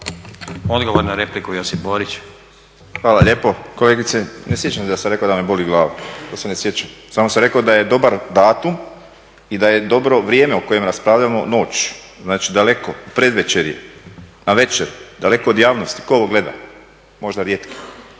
Borić. **Borić, Josip (HDZ)** Hvala lijepo. Kolegice ne sjećam se da sam rekao da me boli glava, to se ne sjećam. Samo sam rekao da je dobar datum i da je dobro vrijeme o kojem raspravljamo, noć, znači daleko predvečerje, navečer, daleko od javnosti. Tko ovo gleda? Možda rijetki.